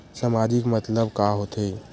सामाजिक मतलब का होथे?